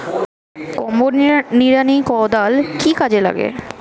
Combo নিড়ানি কোদাল কি কাজে লাগে?